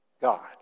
God